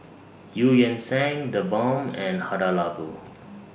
EU Yan Sang TheBalm and Hada Labo